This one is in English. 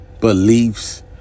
beliefs